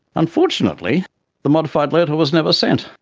unfortunately the modified letter was never sent.